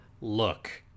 look